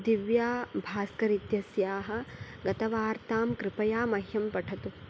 दिव्या भास्कर् इत्यस्याः गतवार्तां कृपया मह्यं पठतु